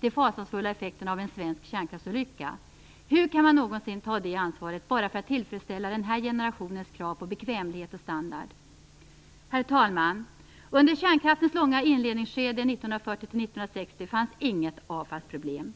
de fasansfulla effekterna av en svensk kärnkraftsolycka på sitt ansvar. Hur kan man någonsin ta det ansvaret bara för att tillfredsställa den här generationens krav på bekvämlighet och standard? Herr talman! Under kärnkraftens långa inledningsskede 1940-1960 fanns inget avfallsproblem.